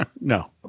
no